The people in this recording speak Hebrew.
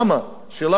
שאלה פשוטה,